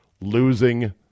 losing